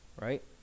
right